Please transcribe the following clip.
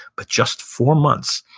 but just four months.